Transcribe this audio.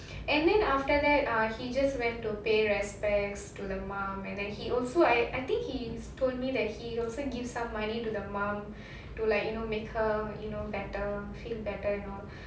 and then after that ah he just went to pay respects to the mum and then he also I I think he's told me that he also give some money to the mum to like you know make her you know better feel better know